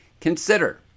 Consider